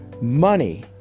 money